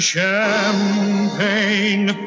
Champagne